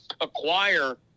acquire